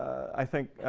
i think,